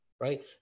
right